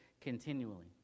continually